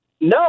no